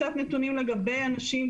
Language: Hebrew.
קצת נתונים לגבי אנשים,